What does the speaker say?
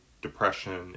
depression